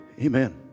Amen